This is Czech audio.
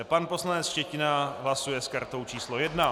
Pan poslanec Štětina hlasuje s kartou číslo 1.